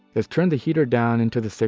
is turn the heater down into the